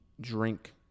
drink